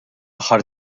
aħħar